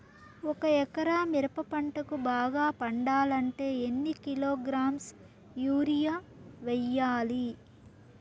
ఒక ఎకరా మిరప పంటకు బాగా పండాలంటే ఎన్ని కిలోగ్రామ్స్ యూరియ వెయ్యాలి?